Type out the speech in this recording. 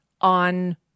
on